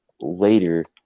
later